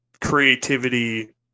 creativity